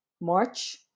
March